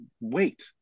wait